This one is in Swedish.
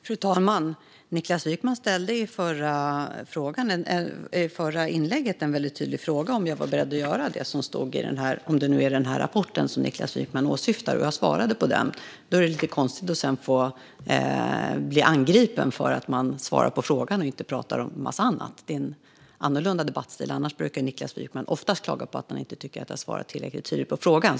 Fru talman! Niklas Wykman ställde i det förra inlägget en tydlig fråga: om jag är beredd att göra det som står i rapporten, om det nu är den rapport jag håller i som Niklas Wykman åsyftar. Jag svarade på frågan. Då är det lite konstigt att man sedan blir angripen för att man svarar på frågan och inte pratar om en massa annat. Det är en annorlunda debattstil. Annars brukar Niklas Wykman oftast klaga på att han inte tycker att jag svarar tillräckligt tydligt på frågan.